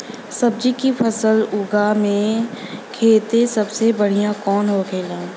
सब्जी की फसल उगा में खाते सबसे बढ़ियां कौन होखेला?